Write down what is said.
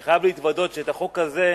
אני חייב להתוודות שאת החוק הזה,